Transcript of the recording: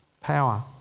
power